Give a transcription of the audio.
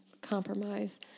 compromise